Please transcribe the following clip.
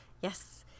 Yes